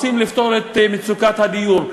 רוצים לפתור את מצוקת הדיור.